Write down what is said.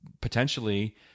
potentially